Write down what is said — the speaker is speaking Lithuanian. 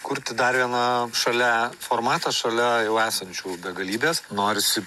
kurti dar vieną šalia formatą šalia jau esančių begalybės norisi